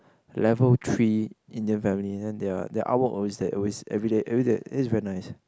level three Indian family then they are their art work always there always everyday everyday it is very nice